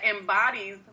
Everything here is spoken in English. embodies